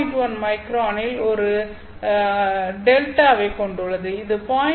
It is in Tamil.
1 மைக்ரானில் ஒரு δ ஐக் கொண்டுள்ளது இது 0